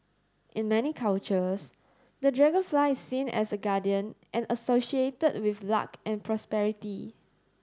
in many cultures the dragonfly is seen as a guardian and associated with luck and prosperity